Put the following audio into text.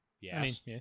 yes